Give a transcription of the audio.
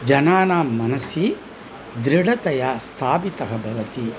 जनानां मनसि दृढतया स्थापितः भवति